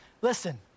Listen